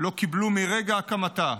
לא קיבלו מרגע הקמתה,